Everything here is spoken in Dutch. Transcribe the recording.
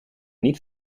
niet